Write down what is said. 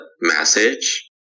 message